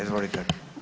Izvolite.